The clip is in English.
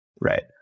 right